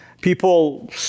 people